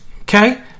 okay